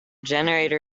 generator